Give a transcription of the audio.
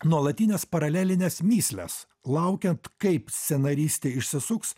nuolatines paralelines mįsles laukiant kaip scenaristė išsisuks